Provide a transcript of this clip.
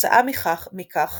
כתוצאה מכך